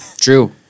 True